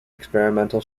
experimental